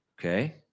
Okay